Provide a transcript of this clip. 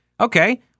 Okay